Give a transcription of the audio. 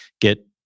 get